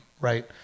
right